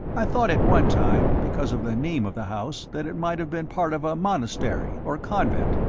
i thought at one time, because of the name of the house, that it might have been part of a monastery or convent.